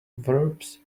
verbs